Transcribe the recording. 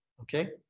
okay